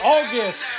August